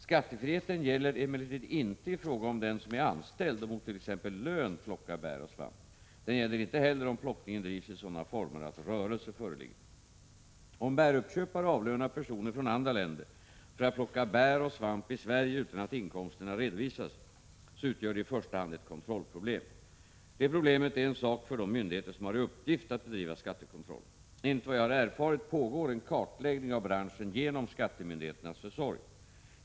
Skattefriheten gäller emellertid inte i fråga om den som är anställd och mott.ex. lön plockar bär och svamp. Den gäller inte heller om plockningen drivs i sådana former att rörelse föreligger. Om bäruppköpare avlönar personer från andra länder för att plocka bär och svamp i Sverige utan att inkomsterna redovisas så utgör det i första hand ett kontrollproblem. Detta problem är en sak för de myndigheter som har i uppgift att bedriva skattekontroll. Enligt vad jag har erfarit pågår en kartläggning av branschen genom skattemyndigheternas försorg.